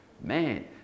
Man